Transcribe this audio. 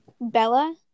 Bella